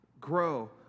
grow